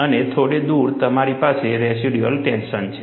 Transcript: અને થોડે દૂર તમારી પાસે રેસિડ્યુઅલ ટેન્શન છે